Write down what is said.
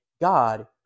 God